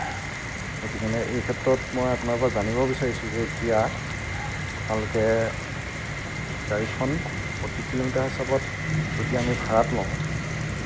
গতিকেনে এই ক্ষেত্ৰত মই আপোনাৰ পৰা জানিব বিচাৰিছোঁ যে এতিয়া আপোনালোকে গাড়ীখন প্ৰতি কিলোমিটাৰ হিচাপত যদি আমি ভাড়াত লওঁ